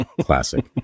Classic